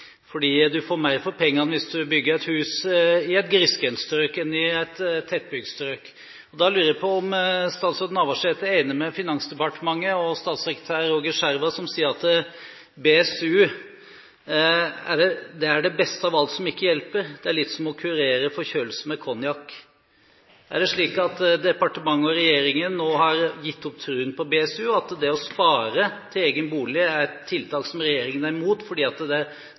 fordi du får mer for pengene hvis du bygger hus i et grisgrendt strøk enn i et tettbygd strøk. Jeg lurer på om statsråd Navarsete er enig med Finansdepartementet og statssekretær Roger Schjerva, som sier at BSU «er det beste av alt som ikke hjelper. Det er litt som å kurere forkjølelse med konjakk». Er det slik at departementet og regjeringen nå har gitt opp BSU, at det å spare til egen bolig er et tiltak regjeringen er imot, fordi det